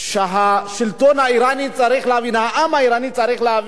השלטון האירני צריך להבין, העם האירני צריך להבין,